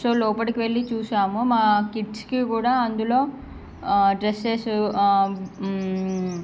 so లోపలికి వెళ్లి చూసాము మా కిడ్స్కి కూడా అందులో డ్రెస్సేసు